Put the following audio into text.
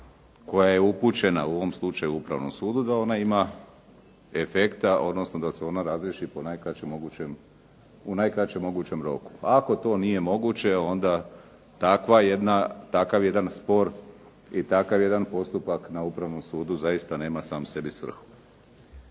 koja je upućena u ovom slučaju upravnom sudu da ona ima efekta odnosno da se ona razriješi u najkraćem mogućem roku. Ako to nije moguće, onda takav jedan spor i takav jedan postupak na upravnom sudu zaista nema sam sebi svrhu.